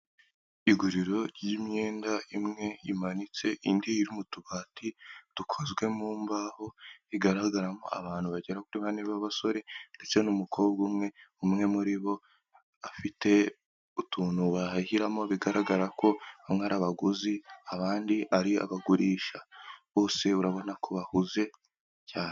Iguriro ry'imyenda imwe imanitse indi iri mu tubati dukozwe mu mbaho, rigaragaramo abantu bagera kuri bane b'abasore ndetse n'umukobwa umwe, umwe muri bo afite utuntu bahahiramo bigaragara ko bamwe ari abaguzi abandi ari abagurisha bose urabona ko bahuze cyane.